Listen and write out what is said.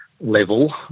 level